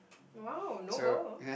!wow! noble